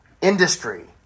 industry